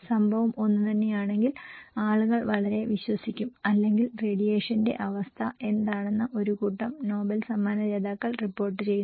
സംഭവം ഒന്നുതന്നെയാണെങ്കിൽ ആളുകൾ അവരെ വിശ്വസിക്കും അല്ലെങ്കിൽ റേഡിയേഷന്റെ അവസ്ഥ എന്താണെന്ന് ഒരു കൂട്ടം നൊബേൽ സമ്മാന ജേതാക്കൾ റിപ്പോർട്ട് ചെയ്യുന്നു